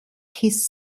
his